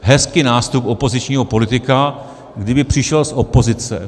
Hezký nástup opozičního politika kdyby přišel z opozice.